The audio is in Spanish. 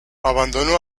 abandonó